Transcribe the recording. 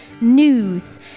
news